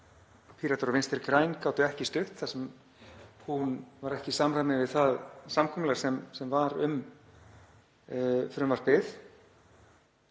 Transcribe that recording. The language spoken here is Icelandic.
Píratar og Vinstri græn gátu ekki stutt þar sem hún var ekki í samræmi við það samkomulag sem var um frumvarpið.